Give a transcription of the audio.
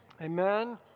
amen